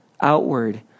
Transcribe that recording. outward